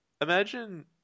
imagine